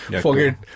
Forget